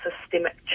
systemic